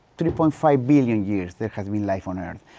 three point five billion years there has been life on earth,